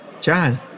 john